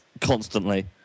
constantly